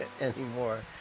anymore